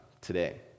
today